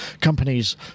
Companies